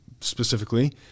specifically